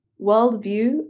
worldview